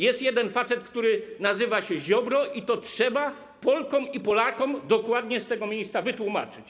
Jest jeden facet, który nazywa się Ziobro, i to trzeba Polkom i Polakom dokładnie z tego miejsca wytłumaczyć.